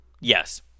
Yes